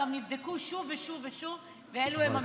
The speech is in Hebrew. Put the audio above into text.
נבדקו שוב ושוב ואלה המספרים.